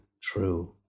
true